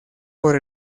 por